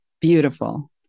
Beautiful